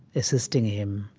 assisting him